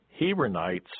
Hebronites